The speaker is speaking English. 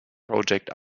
project